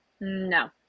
No